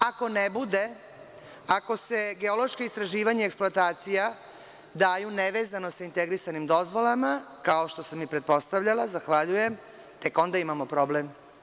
Ako ne bude, ako se geološko istraživanje i eksploatacija daju nevezano sa integrisanim dozvolama, kao što sam i pretpostavljala, zahvaljujem, tek onda imamo problem.